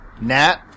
Nat